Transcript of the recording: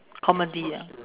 comedy ah